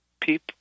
people